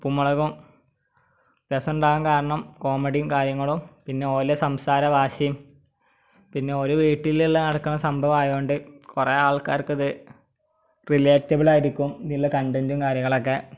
ഉപ്പും മുളകും രസമുണ്ടാകാൻ കാരണം കോമഡിയും കാര്യങ്ങളും പിന്നെ ഓലെ സംസാരഭാഷയും പിന്നെ ഒരു വീട്ടിലുള്ള നടക്കുന്ന സംഭവമായതു കൊണ്ട് കുറെ ആൾക്കാർക്കിത് റിലേറ്റബിളായിരിക്കും ഇതിലുള്ള കണ്ടൻറ്റും കാര്യങ്ങളൊക്കെ